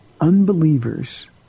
unbelievers